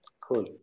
Cool